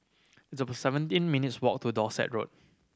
it's seventeen minutes' walk to Dorset Road